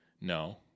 No